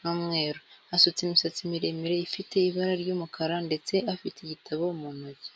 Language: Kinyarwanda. n'umweru, asutse imisatsi miremire ifite ibara ry'umukara ndetse afite igitabo mu ntoki.